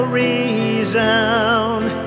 resound